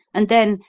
and then,